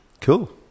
Cool